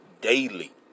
daily